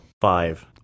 Five